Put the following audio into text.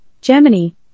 Germany